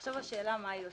עכשיו השאלה מה היא עושה.